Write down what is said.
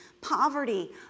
poverty